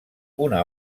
una